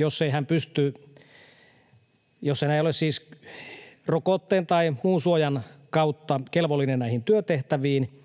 mukaista työtä, jos hän ei ole siis rokotteen tai muun suojan kautta kelvollinen näihin työtehtäviin.